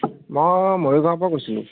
মই মৰিগাঁৱৰ পৰা কৈছিলোঁ